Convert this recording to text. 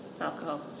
alcohol